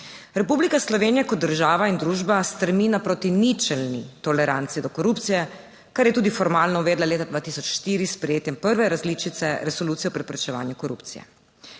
Republika Slovenija kot država in družba stremi na proti ničelni toleranci do korupcije, kar je tudi formalno uvedla leta 2004 s sprejetjem prve različice resolucije o preprečevanju korupcije.